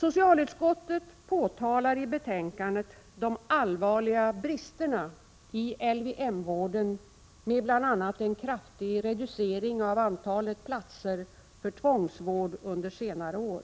Socialutskottet påtalar i betänkandet de allvarliga bristerna inom LVM vården, med bl.a. en kraftig reducering av antalet platser för tvångsvård under senare år.